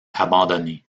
abandonnées